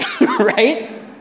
Right